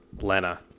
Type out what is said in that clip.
Lena